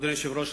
אדוני היושב-ראש,